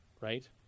right